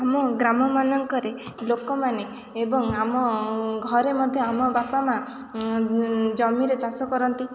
ଆମ ଗ୍ରାମମାନଙ୍କରେ ଲୋକମାନେ ଏବଂ ଆମ ଘରେ ମଧ୍ୟ ଆମ ବାପା ମାଆ ଜମିରେ ଚାଷ କରନ୍ତି